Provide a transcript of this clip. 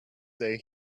day